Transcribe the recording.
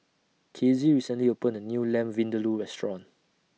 Kizzie recently opened A New Lamb Vindaloo Restaurant